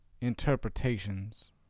interpretations